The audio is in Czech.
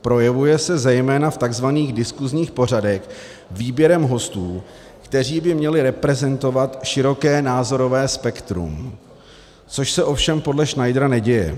Projevuje se zejména v tzv. diskusních pořadech výběrem hostů, kteří by měli reprezentovat široké názorové spektrum, což se ovšem podle Schneidera neděje.